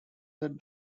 that